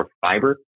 Fiber